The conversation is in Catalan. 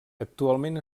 actualment